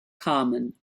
common